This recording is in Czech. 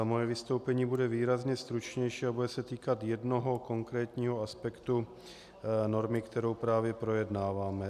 Moje vystoupení bude výrazně stručnější a bude se týkat jednoho konkrétního aspektu normy, kterou právě projednáváme.